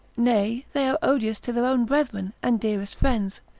nay they are odious to their own brethren, and dearest friends,